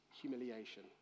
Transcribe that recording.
humiliation